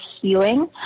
healing